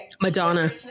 Madonna